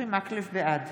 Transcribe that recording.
בעד